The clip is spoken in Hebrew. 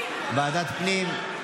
ועדת הפנים.